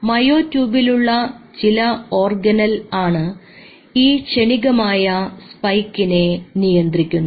മയോ ട്യൂബിലുള്ള ചില ഓർഗനെൽ ആണ് ഈ ക്ഷണികമായ സ്പൈക്കിനെ നിയന്ത്രിക്കുന്നത്